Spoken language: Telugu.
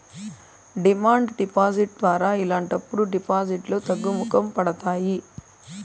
డిమాండ్ డిపాజిట్ ద్వారా ఇలాంటప్పుడు డిపాజిట్లు తగ్గుముఖం పడతాయి